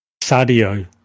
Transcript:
sadio